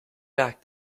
back